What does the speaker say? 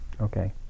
Okay